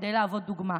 כדי להוות דוגמה,